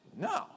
No